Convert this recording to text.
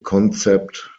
concept